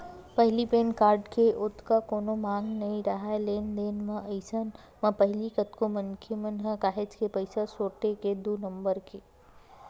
पहिली PAN card के ओतका कोनो मांग नइ राहय लेन देन म, अइसन म पहिली कतको मनखे मन ह काहेच के पइसा सोटे हे दू नंबर के